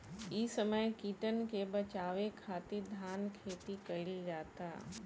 इ समय कीटन के बाचावे खातिर धान खेती कईल जाता